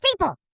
people